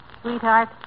Sweetheart